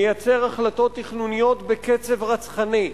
מייצר החלטות תכנוניות בקצב רצחני,